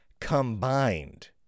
combined